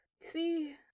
See